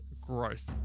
growth